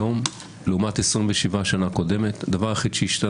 לתת ליואב סגלוביץ' לסיים, אף אחד לא מפריע